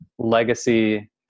Legacy